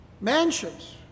Mansions